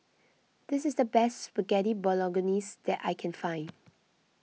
this is the best Spaghetti Bolognese that I can find